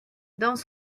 dans